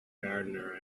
gardener